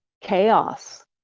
chaos